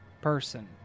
person